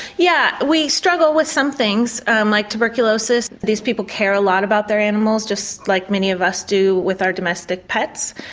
yeah, we struggle with some things and like tuberculosis. these people care a lot about their animals just like many of us do with our domestic pets.